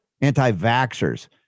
anti-vaxxers